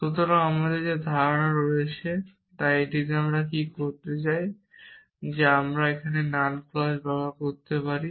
সুতরাং আমাদের এই ধারা রয়েছে এবং আমরা এটি কী তা আমরা দেখাতে চাই যে আমরা এটি থেকে নাল ক্লজ বের করতে পারি